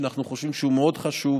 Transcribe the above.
שאנחנו חושבים שהוא מאוד חשוב,